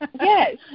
yes